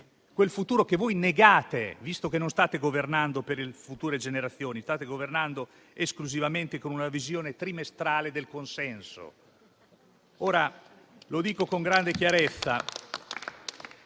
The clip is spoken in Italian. quel futuro che voi negate, visto che non state governando per le future generazioni, ma state governando esclusivamente con una visione trimestrale del consenso. Lo dico con grande chiarezza: